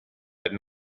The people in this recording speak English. had